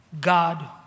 God